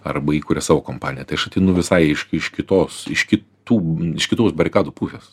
arba įkūria savo kompaniją tai aš ateinu visai iš iš kitos iš kitų iš kitos barikadų pusės